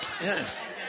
Yes